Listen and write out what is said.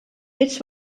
fets